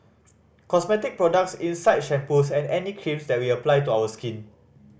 cosmetic products inside shampoos and any creams that we apply to our skin